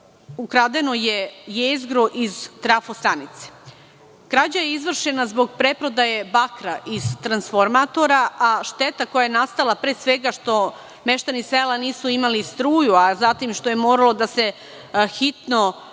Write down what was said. ukradeno je jezgro iz trafostanice. Krađa je izvršena zbog preprodaje bakra iz transformatora, a šteta koja je nastala, pre svega što meštani sela nisu imali struju, a zatim što je moralo da se hitno ugradi